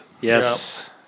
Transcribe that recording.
Yes